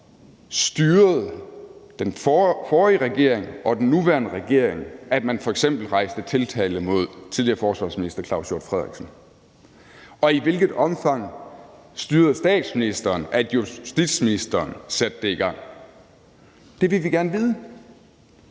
forrige regering og den nuværende regering styrede, at man f.eks. rejste tiltale mod tidligere forsvarsminister Claus Hjort Frederiksen, og i hvilket omfang statsministeren styrede, at justitsministeren satte det i gang. Det vil vi gerne vide,